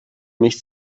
mich